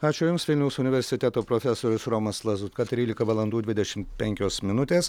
ačiū jums vilniaus universiteto profesorius romas lazutka trylika valandų dvidešim penkios minutės